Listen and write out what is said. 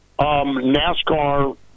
NASCAR